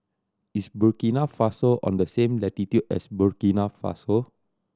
is Burkina Faso on the same latitude as Burkina Faso